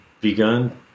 begun